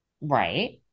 Right